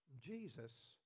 Jesus